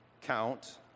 count